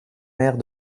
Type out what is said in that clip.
mère